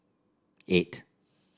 eight